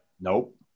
Nope